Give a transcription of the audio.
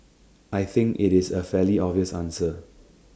I think IT is A fairly obvious answer